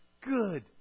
Good